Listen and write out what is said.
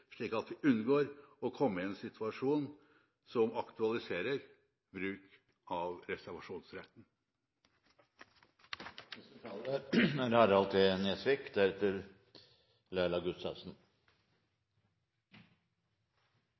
slik at vi unngår å komme i en situasjon som aktualiserer bruk av